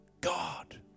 God